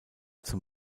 zum